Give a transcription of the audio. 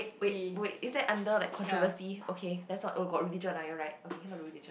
wait wait is that under like controversy okay let's not oh got religion ah you're right okay cannot talk about religion